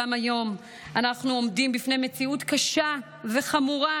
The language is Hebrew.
גם היום אנחנו עומדים בפני מציאות קשה וחמורה,